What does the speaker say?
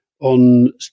on